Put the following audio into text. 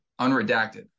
unredacted